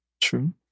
True